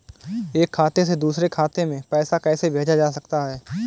एक खाते से दूसरे खाते में पैसा कैसे भेजा जा सकता है?